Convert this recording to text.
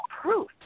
proof